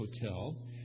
hotel